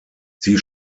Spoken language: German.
sie